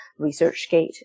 ResearchGate